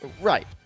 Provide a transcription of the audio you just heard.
Right